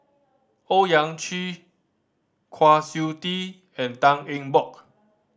Owyang Chi Kwa Siew Tee and Tan Eng Bock